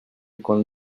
con